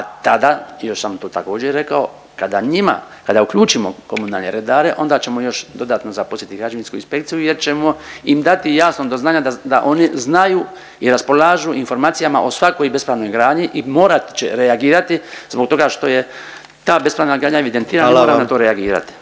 a tada još sam to također rekao, kada njima, kada uključivo komunalne redare onda ćemo još dodatno zaposliti građevinsku inspekciju jer ćemo im dati jasno do znanja da oni znaju i raspolažu informacijama o svakoj bespravnoj gradnji i morat će reagirati zbog toga što je ta bespravna gradnja evidentirana i mora na to reagirati.